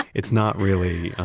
it's not really